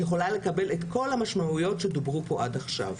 יכולה לקבל את כל המשמעויות שדוברו פה עד עכשיו.